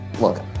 look